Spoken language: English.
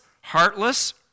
heartless